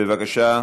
בבקשה.